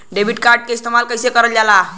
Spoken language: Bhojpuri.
डेबिट कार्ड के इस्तेमाल कइसे करल जाला?